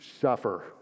suffer